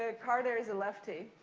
ah carter is a lefty.